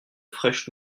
fraîches